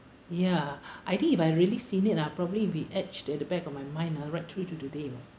ya I think if I really seen it ah probably it would be etched at the back of my mind ah right through to today you know